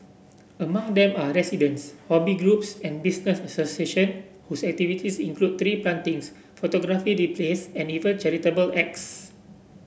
among them are residents hobby groups and business association whose activities include tree plantings photography displays and even charitable acts